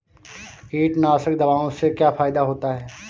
कीटनाशक दवाओं से क्या फायदा होता है?